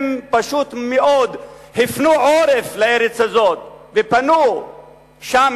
הם פשוט מאוד הפנו עורף לארץ הזאת ופנו לשם,